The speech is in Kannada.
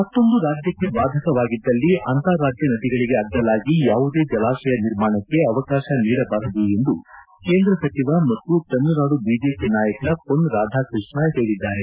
ಮತ್ತೊಂದು ರಾಜ್ಯಕ್ಷೆ ಬಾಧಕವಾಗಿದ್ದಲ್ಲಿ ಅಂತಾರಾಜ್ಯ ನದಿಗಳಿಗೆ ಅಡ್ಡಲಾಗಿ ಯಾವುದೇ ಜಲಾಶಯ ನಿರ್ಮಾಣಕ್ಕೆ ಅವಕಾಶ ನೀಡಬಾರದು ಎಂದು ಕೇಂದ್ರ ಸಚಿವ ಮತ್ತು ತಮಿಳುನಾಡು ಬಿಜೆಪಿ ನಾಯಕ ಪೊನ್ ರಾಧಾಕೃಷ್ಣ ಹೇಳಿದ್ದಾರೆ